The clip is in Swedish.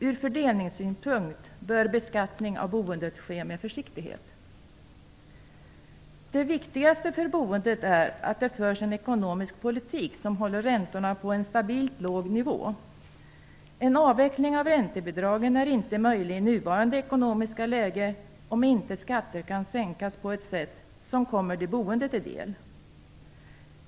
Ur fördelningssynpunkt bör beskattning av boendet ske med försiktighet. Det viktigaste för boendet är att det förs en ekonomisk politik som håller räntorna på en stabilt låg nivå. En avveckling av räntebidragen är inte möjlig i nuvarande ekonomiska läge, om inte skatter kan sänkas på ett sätt som kommer de boende till del.